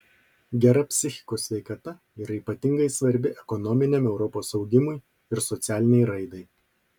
gera psichikos sveikata yra ypatingai svarbi ekonominiam europos augimui ir socialinei raidai